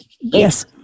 Yes